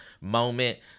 moment